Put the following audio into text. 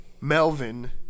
Melvin